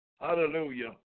Hallelujah